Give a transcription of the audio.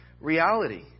reality